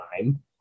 time